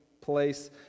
place